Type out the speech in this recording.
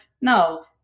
No